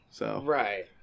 Right